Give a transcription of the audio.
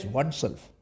oneself